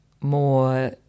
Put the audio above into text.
more